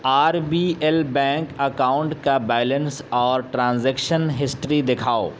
are B L bank account کا balance اور transaction history دکھاؤ